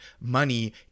money